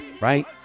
right